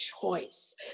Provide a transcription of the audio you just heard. choice